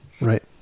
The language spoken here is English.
Right